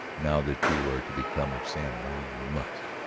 now that you are to become of san juan you must,